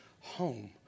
home